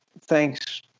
thanks